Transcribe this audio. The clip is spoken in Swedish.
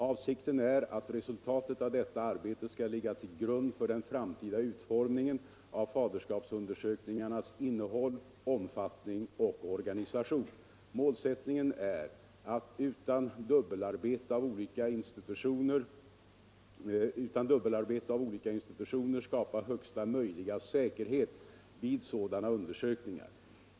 Avsikten är att resultatet av detta arbete skall ligga till grund för den framtida utformningen av faderskapsundersökningarnas innehåll, omfattning och organisation. Målsättningen är att utan dubbelarbete av olika institutioner skapa högsta möjliga säkerhet vid sådana undersökningar.